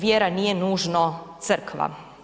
Vjera nije nužno Crkva.